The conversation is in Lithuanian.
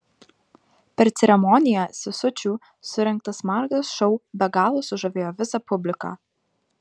per ceremoniją sesučių surengtas margas šou be galo sužavėjo visą publiką